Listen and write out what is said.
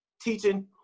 teaching